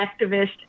activist